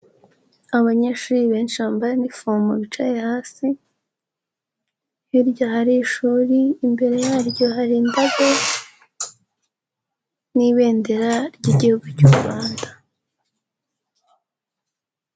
Abanyeshuri benshi bambaye n'ifomu bicaye hasi, hirya hari ishuri, imbere yaryo hari indabo n'ibendera ry'igihugu cy'u Rwanda.